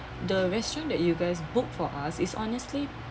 the restaurant that you guys book for us is honestly